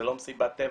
זה לא מסיבת טבע,